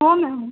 हो ना हो